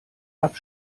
app